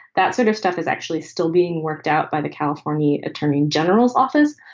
that sort of stuff is actually still being worked out by the california attorney general's office.